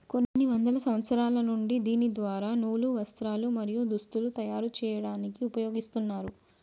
కొన్ని వందల సంవత్సరాల నుండి దీని ద్వార నూలు, వస్త్రాలు, మరియు దుస్తులను తయరు చేయాడానికి ఉపయోగిస్తున్నారు